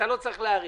אתה לא צריך להאריך.